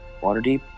waterdeep